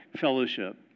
fellowship